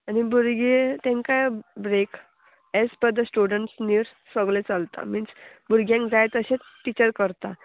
आनी भुरगीं तांकांय break as per the student needs सगळें चलता मिन्स भुरग्यांक जाय तशेंच टिचर करता